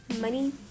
money